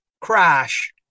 Crash